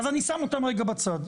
אז אני שם אותם רגע בצד.